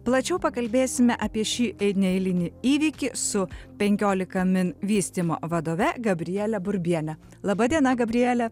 plačiau pakalbėsime apie šį neeilinį įvykį su penkiolika min vystymo vadove gabriele burbiene laba diena gabriele